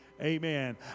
Amen